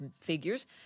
figures